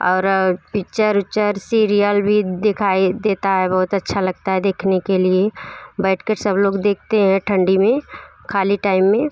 और और पिक्चर विक्चर सीरियल भी दिखाई देता है बहुत अच्छा लगता है देखने के लिए बैठ कर सब लोग देखते हैं ठंडी में ख़ाली टैम में